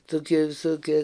tokie visokie